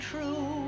true